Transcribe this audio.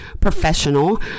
professional